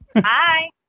Hi